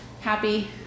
happy